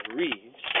reads